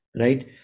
right